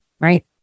right